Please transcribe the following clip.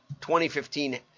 2015